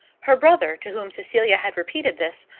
her brother, to whom cecilia had repeated this,